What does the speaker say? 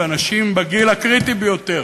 ואנשים בגיל הקריטי ביותר,